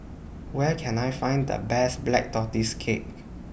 Where Can I Find The Best Black Tortoise Cake